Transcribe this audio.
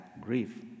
grief